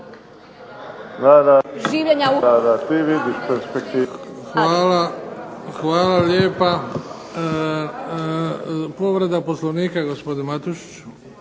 (HDZ)** Hvala lijepa. Povreda Poslovnika, gospodin Matušić.